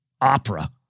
opera